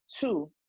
two